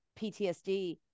PTSD